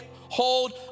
hold